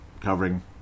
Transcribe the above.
covering